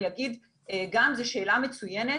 אני אגיד גם שזו שאלה מצוינת,